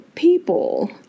people